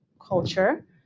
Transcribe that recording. culture